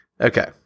Okay